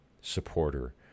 supporter